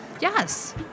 Yes